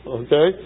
okay